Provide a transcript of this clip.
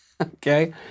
Okay